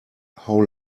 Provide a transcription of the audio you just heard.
how